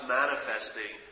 manifesting